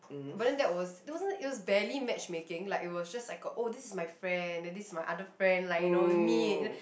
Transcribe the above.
but then that was it wasn't it was barely matchmaking like it was just like a oh this is my friend then this is my other friend like you know meet